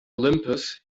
olympus